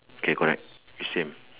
K correct is same